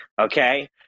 okay